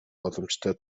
боломжтой